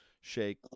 shake